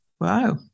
Wow